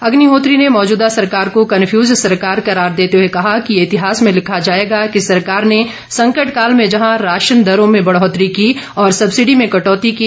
अग्निहोत्री ने मौजूदा सरकार को कनफ्यूज सरकार करार देते हुए कहा कि यह इतिहास में लिखा जाएगा कि सरकार ने संकटकाल में जहां राशन दरों में बढ़ोतरी की और सब्सिडी में कटौती की